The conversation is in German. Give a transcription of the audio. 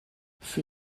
für